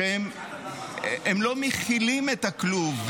שלא מכילים את הכלוב,